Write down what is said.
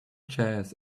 chairs